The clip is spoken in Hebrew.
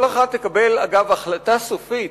כל אחת תקבל החלטה סופית,